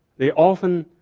they often,